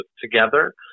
together